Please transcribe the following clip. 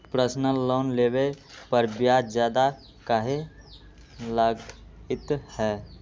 Personal loan लेबे पर ब्याज ज्यादा काहे लागईत है?